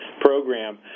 program